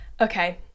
okay